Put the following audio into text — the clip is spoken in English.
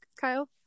Kyle